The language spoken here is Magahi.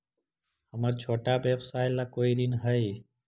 हमर छोटा व्यवसाय ला कोई ऋण हई?